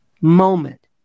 moment